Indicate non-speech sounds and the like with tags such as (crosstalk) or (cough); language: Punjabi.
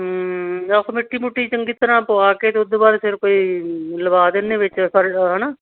ਹਮ ਬਸ ਮਿੱਟੀ ਮੁੱਟੀ ਚੰਗੀ ਤਰ੍ਹਾਂ ਪਵਾ ਕੇ ਅਤੇ ਉਦੋਂ ਬਾਅਦ ਫਿਰ ਕੋਈ ਲਵਾ ਦਿੰਦੇ ਵਿੱਚ (unintelligible) ਹੈ ਨਾ